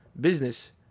business